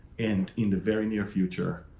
and, in the very near future,